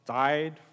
died